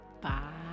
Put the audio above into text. Bye